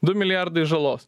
du milijardai žalos